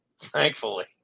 Thankfully